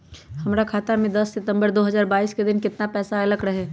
हमरा खाता में दस सितंबर दो हजार बाईस के दिन केतना पैसा अयलक रहे?